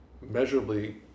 measurably